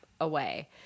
away